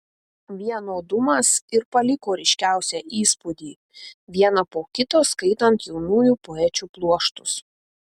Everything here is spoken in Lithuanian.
vienodumas ir paliko ryškiausią įspūdį vieną po kito skaitant jaunųjų poečių pluoštus